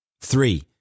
Three